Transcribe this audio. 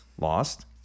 Lost